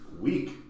week